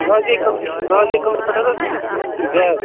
رزیٚے کٔدٕلہٕ نِش رزیٚے کٔدٕلہٕ پٮ۪ٹھ حظ چھُس زٲہِد